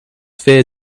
fear